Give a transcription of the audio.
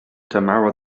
tamara